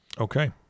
Okay